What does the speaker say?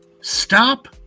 stop